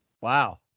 Wow